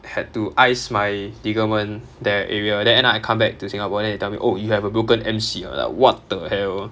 had to ice my ligament that area then end up I come back to singapore then they tell me oh you have a broken M_C I was like what the hell